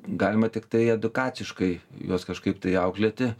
galima tiktai edukaciškai juos kažkaip tai auklėti